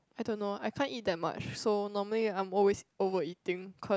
I don't know I can't eat that much so normally I'm always over eating cause